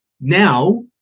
Now